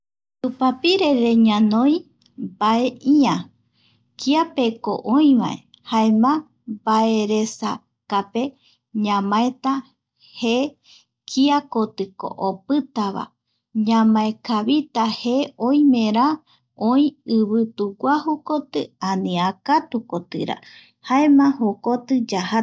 Tupapirere ñanoi mbae ia kiapeko oivae jaema mbaeresakape ñamaeta je kia kotiko opita va ñamaekavita je oime ra oi ivituguajukoti ani akatukotira jaema jokoti yajat